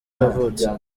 yavutse